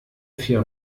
vier